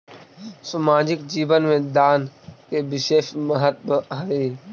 सामाजिक जीवन में दान के विशेष महत्व हई